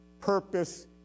purpose